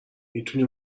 میتونی